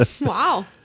Wow